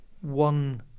one